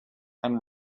and